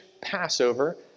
Passover